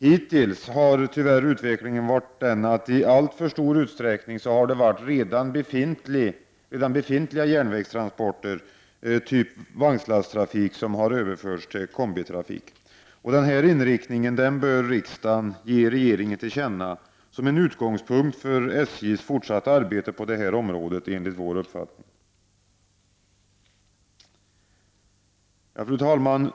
Hittills har tyvärr utvecklingen i alltför stor utsträckning gått ut på att redan befintliga järnvägstransporter, t.ex. vagnslasttrafik, överförts till kombitrafik. Den inriktningen bör, enligt vår uppfattning, riksdagen ge regeringen till känna som en utgångspunkt för SJs fortsatta arbete på området. Fru talman!